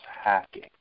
hacking